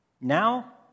now